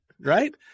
Right